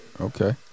Okay